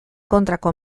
kontrako